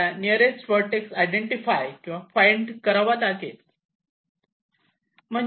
मला nearest vertex identify किंवा find करावा लागेल